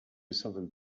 something